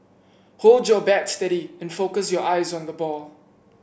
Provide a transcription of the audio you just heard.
hold your bat steady and focus your eyes on the ball